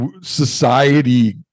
society